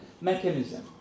mechanism